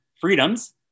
freedoms